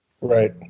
Right